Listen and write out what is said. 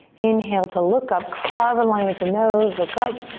inhale to look up, carve a line with the nose, look up.